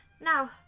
now